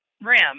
rim